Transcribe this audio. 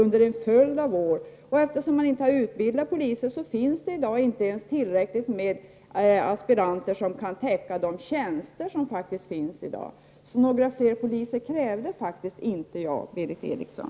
Eftersom det inte utbildas tillräckligt med poliser, finns det inte aspiranter som kan täcka de tjänster som i dag finns. Jag krävde faktiskt inte några fler poliser, Berith Eriksson.